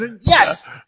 Yes